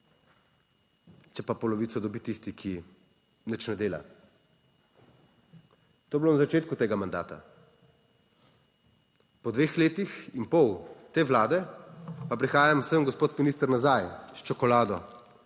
če pa polovico dobi tisti, ki nič ne dela? To je bilo na začetku tega mandata, po dveh letih in pol te Vlade, pa prihajam sem, gospod minister, nazaj, s čokolado,